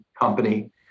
company